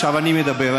עכשיו אני מדבר.